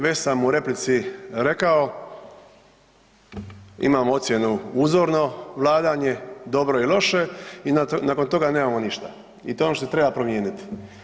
Već sam u replici rekao imamo ocjenu uzorno vladanje, dobro i loše i nakon toga nemamo ništa i to je ono što trebamo promijeniti.